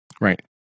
Right